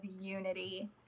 unity